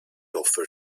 offer